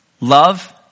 Love